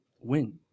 win